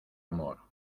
amor